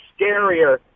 scarier